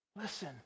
Listen